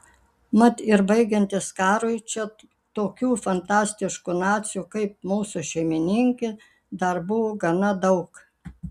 mat ir baigiantis karui čia tokių fanatiškų nacių kaip mūsų šeimininkė dar buvo gana daug